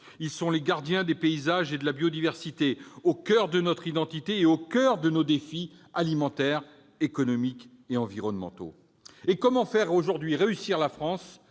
Ils sont les gardiens des paysages et de la biodiversité, au coeur de notre identité et de nos défis alimentaires, économiques et environnementaux. Comment faire réussir la France